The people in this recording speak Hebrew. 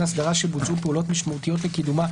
אסדרה שבוצעו פעולות משמעותיות לקידומה,